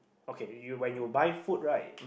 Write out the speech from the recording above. okay you when you buy food right